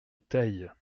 teil